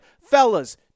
Fellas